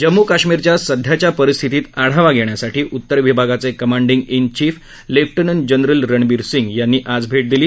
जम्मू कश्मीरच्या सध्याच्या परिस्थितीचा आढावा घेण्यासाठी उत्तर विभागाचे commanding in chief lieutenant general Ranbir Singh यांनी आज भेट दिली